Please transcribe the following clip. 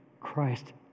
Christ